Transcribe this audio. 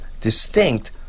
distinct